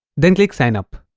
then click sign up